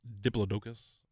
Diplodocus